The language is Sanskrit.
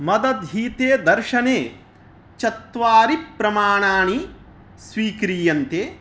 मदधीते दर्शने चत्वारि प्रमाणानि स्वीक्रियन्ते